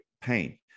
pain